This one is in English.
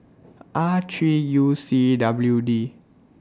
R three U C W D